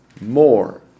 more